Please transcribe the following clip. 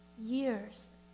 years